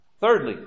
Thirdly